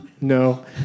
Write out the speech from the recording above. No